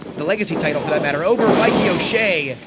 the legacy title for that matter over mikey o'shea